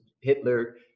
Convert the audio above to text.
Hitler